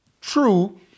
True